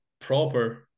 proper